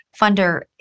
funder